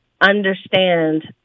understand